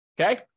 Okay